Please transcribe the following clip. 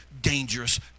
dangerous